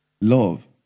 love